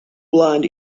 blind